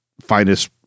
finest